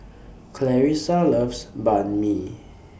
Clarisa loves Banh MI